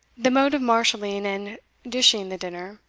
the mode of marshalling and dishing the dinner,